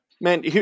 Man